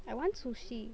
I want sushi